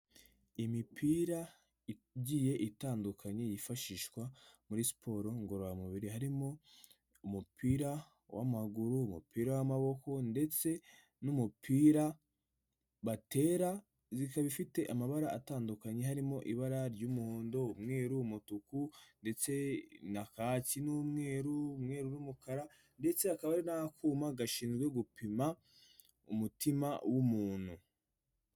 Imipira igiye itandukanye yifashishwa muri siporo ngororamubiri harimo umupira wamaguru w'umupira w'amaboko ndetse n'umupira batera ikaba ifite amabara atandukanye harimo ibara ry'umuhondo, umweru, umutuku ndetse na kaki n'umweru n'umukara ndetse hakaba hari n'akuma gashinzwe gupima umutima w'umuntu.